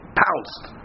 pounced